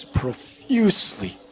profusely